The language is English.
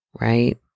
Right